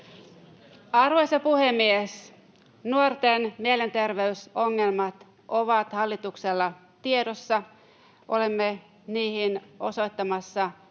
Arvoisa puhemies! Nuorten mielenterveysongelmat ovat hallituksella tiedossa. Olemme niihin osoittamassa erittäin